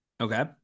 Okay